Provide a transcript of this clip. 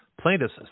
Plaintiffs